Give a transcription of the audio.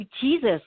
Jesus